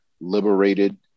liberated